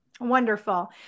Wonderful